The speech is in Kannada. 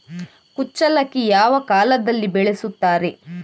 ಕುಚ್ಚಲಕ್ಕಿ ಯಾವ ಕಾಲದಲ್ಲಿ ಬೆಳೆಸುತ್ತಾರೆ?